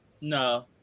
no